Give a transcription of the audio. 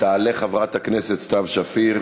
של חברי הכנסת סתיו שפיר,